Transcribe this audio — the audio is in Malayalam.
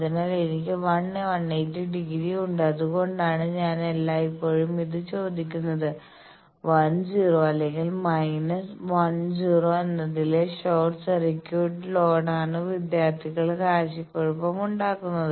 അതിനാൽ എനിക്ക് 1 180 ഡിഗ്രി ഉണ്ട് അതുകൊണ്ടാണ് ഞാൻ എപ്പോഴും ഇത് ചോദിക്കുന്നത് 10 അല്ലെങ്കിൽ -10 എന്നതിലെ ഷോർട്ട് സർക്യൂട്ട് ലോഡാണ് വിദ്യാർത്ഥികൾക്ക് ആശയക്കുഴപ്പം ഉണ്ടാകുന്നത്